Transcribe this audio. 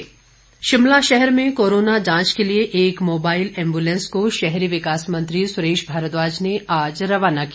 ambulance Shimla शहर में corona जांच के लिए एक मोबाईल एम्बुलेंस को शहरी विकास मंत्री सुरेश भारद्वाज ने आज रवाना किया